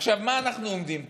עכשיו, מה אנחנו עומדים פה?